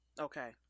okay